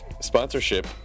sponsorship